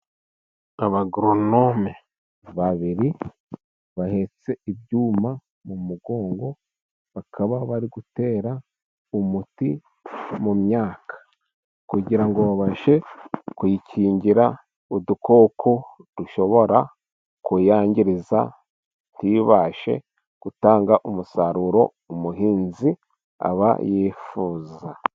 Abagoronome babiri bahetse ibyuma mu mugongo. Bakaba bari gutera umuti mu myaka, kugira ngo babashe kuyikingira udukoko dushobora kuyangiriza, ntibashe gutanga umusaruro umuhinzi aba yifuza.